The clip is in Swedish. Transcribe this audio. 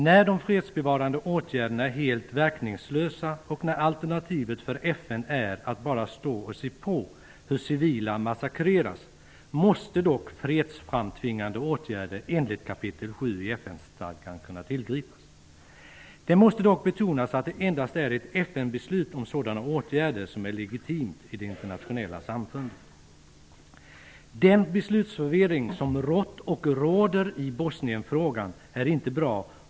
När de fredsbevarande åtgärderna är helt verkningslösa och när alternativet för FN är att bara stå och se på hur civila massakreras måste dock fredsframtvingande åtgärder enligt kap. 7 i FN stadgan kunna tillgripas. Det måste dock betonas att det endast är ett FN beslut om sådana åtgärder som är legitimt i det internationella samfundet. Den beslutsförvirring som rått och råder i Bosnien-frågan är inte bra.